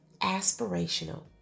aspirational